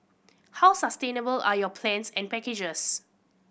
how sustainable are your plans and packages